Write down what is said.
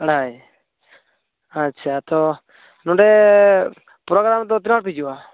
ᱟᱲᱟᱭ ᱟᱪᱪᱷᱟ ᱛᱳ ᱱᱚᱸᱰᱮ ᱯᱨᱳᱜᱽᱜᱨᱟᱢ ᱨᱮᱫᱚ ᱛᱤᱱᱟᱹᱜ ᱦᱚᱲᱯᱮ ᱦᱤᱡᱩᱜᱼᱟ